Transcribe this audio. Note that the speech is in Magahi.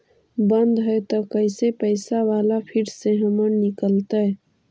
बन्द हैं त कैसे पैसा बाला फिर से हमर निकलतय?